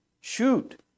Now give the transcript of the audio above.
shoot